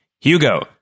Hugo